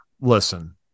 listen